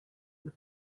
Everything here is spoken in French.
aux